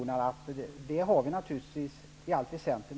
I allt väsentligt, det betonar jag, intar vi samma ståndpunkter.